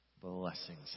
Blessings